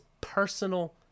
personal